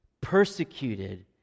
Persecuted